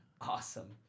Awesome